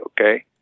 okay